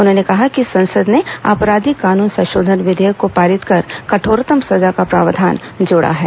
उन्होंने कहा कि संसद ने आपराधिक कानून संशोधन विधेयक को पारित कर कठोरतम सजा का प्रावधान जोड़ा है